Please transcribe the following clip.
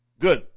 Good